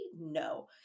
No